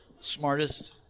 smartest